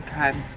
Okay